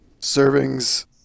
Servings